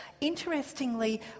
Interestingly